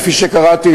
כפי שקראתי,